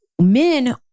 men